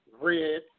red